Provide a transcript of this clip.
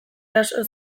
eraso